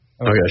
Okay